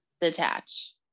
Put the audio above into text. detach